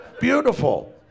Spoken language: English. beautiful